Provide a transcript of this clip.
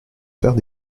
faire